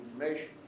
information